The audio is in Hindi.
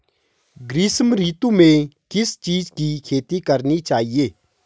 ग्रीष्म ऋतु में किस चीज़ की खेती करनी चाहिये?